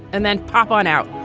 and then pop on out.